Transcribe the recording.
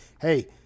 hey